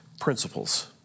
principles